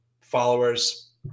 followers